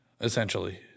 essentially